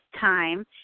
time